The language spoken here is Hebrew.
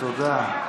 תודה.